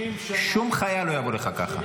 70 שנה --- שום חייל לא יבוא לך ככה.